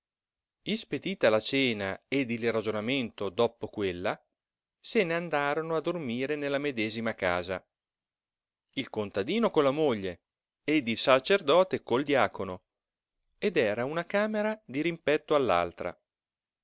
ispedita la cena ed il ragionamento doppo quella se n'andarono a dormire nella medesima casa il contadino con la moglie ed il sacerdote col diacono ed era una camera dirimpetto all'altra